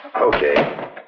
Okay